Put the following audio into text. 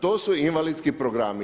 To su invalidski programi.